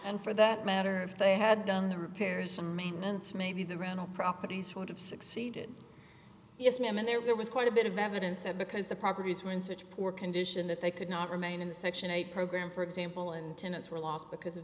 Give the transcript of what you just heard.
and for that matter if they had done the repairs and maintenance maybe the rental properties would have succeeded yes ma'am and there was quite a bit of evidence that because the properties were in such poor condition that they could not remain in the section eight program for example and tenants were lost because of